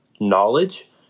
knowledge